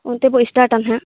ᱩᱱ ᱛᱮᱵᱚ ᱥᱴᱟᱴᱟ ᱱᱟᱦᱟᱜ